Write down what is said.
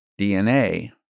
DNA